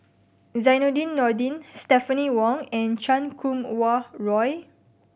Zainudin Nordin Stephanie Wong and Chan Kum Wah Roy